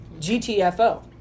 GTFO